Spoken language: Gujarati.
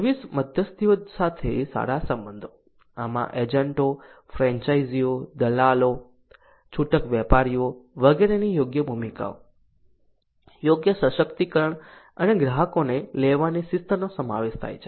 સર્વિસ મધ્યસ્થીઓ સાથે સારા સંબંધો આમાં એજન્ટો ફ્રેન્ચાઇઝીઓ દલાલો છૂટક વેપારીઓ વગેરેની યોગ્ય ભૂમિકાઓ યોગ્ય સશક્તિકરણ અને ગ્રાહકોને લેવાની શિસ્તનો સમાવેશ થાય છે